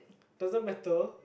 doesn't matter